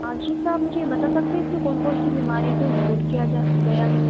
हाँ जी साब मुझे ये बता सकते हैं इसमें कौन कौन सी बीमारी को इन्क्लुड किया गया गया है